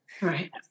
Right